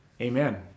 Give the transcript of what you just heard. Amen